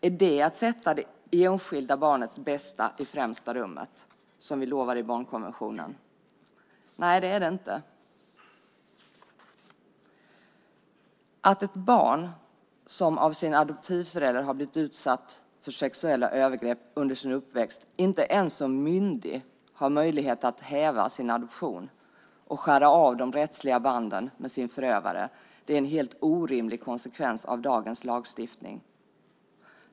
Är det att sätta det enskilda barnets bästa i främsta rummet som vi lovar i barnkonventionen? Nej, det är det inte. Att ett barn som av sin adoptivförälder har blivit utsatt för sexuella övergrepp under sin uppväxt inte ens som myndig har möjlighet att häva sin adoption och skära av de rättsliga banden med sin förövare är en helt orimlig konsekvens av dagens lagstiftning.